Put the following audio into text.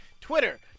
Twitter